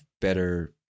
better